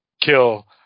kill